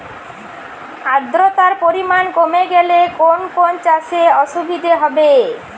আদ্রতার পরিমাণ কমে গেলে কোন কোন চাষে অসুবিধে হবে?